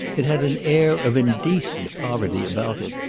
it had an air of indecent poverty about it,